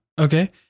okay